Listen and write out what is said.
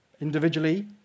individually